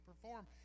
perform